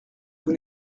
vous